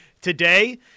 today